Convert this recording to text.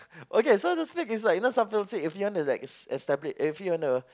okay so to speak it's like you know some people say if you want to like es~ establish if you want to